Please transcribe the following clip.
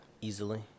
easily